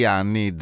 anni